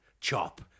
chop